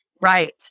right